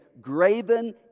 graven